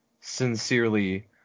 sincerely